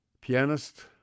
pianist